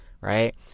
Right